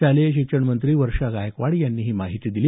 शालेय शिक्षण मंत्री वर्षा गायकवाड यांनी ही माहिती दिली